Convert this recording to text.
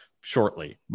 shortly